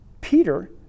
Peter